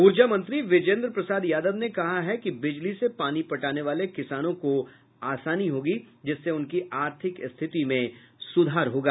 ऊर्जा मंत्री बिजेन्द्र प्रसाद यादव ने कहा है कि बिजली से पानी पटाने वाले किसानों को आसानी होगी जिससे उनकी आर्थिक स्थिति में सुधार होगा